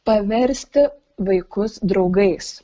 paversti vaikus draugais